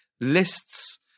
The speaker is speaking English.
lists